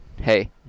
hey